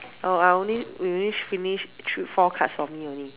oh I only we only finished thr~ four cards for me only